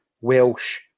Welsh